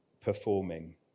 performing